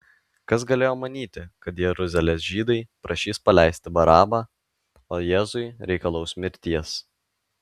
kas galėjo manyti kad jeruzalės žydai prašys paleisti barabą o jėzui reikalaus mirties